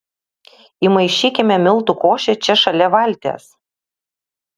įmaišykime miltų košę čia šalia valties